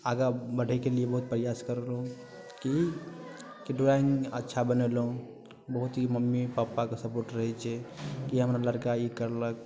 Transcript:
आगाँ बढ़ैके लिये बहुत प्रयास करलहुँ कि की ड्रॉइंग अच्छा बनेलहुँ बहुत ही मम्मी पापाके सपोर्ट रहै छै कि हमर लड़का ई करलक